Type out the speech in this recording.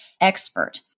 expert